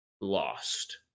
lost